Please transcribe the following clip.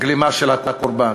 הגלימה של הקורבן.